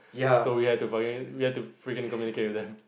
so ya we have to fucking we have to freaking communicate with them